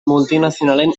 multinazionalen